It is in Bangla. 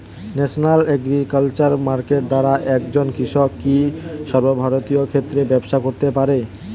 ন্যাশনাল এগ্রিকালচার মার্কেট দ্বারা একজন কৃষক কি সর্বভারতীয় ক্ষেত্রে ব্যবসা করতে পারে?